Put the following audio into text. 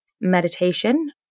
meditation